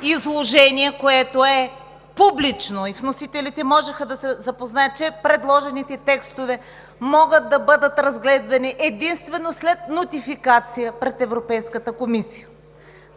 изложение, което е публично и вносителите можеха да се запознаят, че предложените текстове могат да бъдат разглеждани единствено след нотификация пред Европейската комисия.